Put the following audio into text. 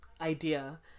idea